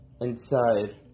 inside